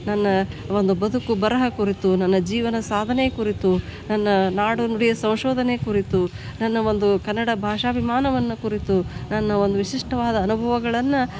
ನನ್ನ ಒಂದು ಬದುಕು ಬರಹ ಕುರಿತು ನನ್ನ ಜೀವನ ಸಾಧನೆ ಕುರಿತು ನನ್ನ ನಾಡು ನುಡಿಯ ಸಂಶೋಧನೆ ಕುರಿತು ನನ್ನ ಒಂದು ಕನ್ನಡ ಭಾಷಾಭಿಮಾನವನ್ನು ಕುರಿತು ನನ್ನ ಒಂದು ವಿಶಿಷ್ಟವಾದ ಅನುಭವಗಳನ್ನು